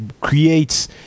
creates